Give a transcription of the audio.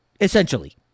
essentially